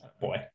Boy